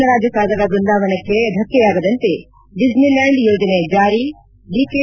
ಕೃಷ್ಣರಾಜ ಸಾಗರ ಬೃಂದಾವನಕ್ಕೆ ಧಕ್ಕೆಯಾಗದಂತೆ Disneyland ಯೋಜನೆ ಜಾರಿ ಡಿ